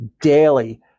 daily